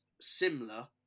similar